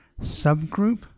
subgroup